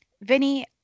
Vinny